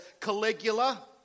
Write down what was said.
Caligula